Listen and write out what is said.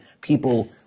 people